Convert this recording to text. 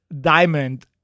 diamond